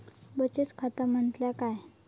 बचत खाता म्हटल्या काय?